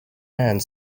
and